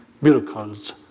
miracles